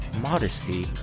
modesty